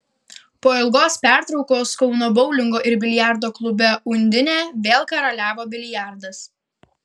po ilgos pertraukos kauno boulingo ir biliardo klube undinė vėl karaliavo biliardas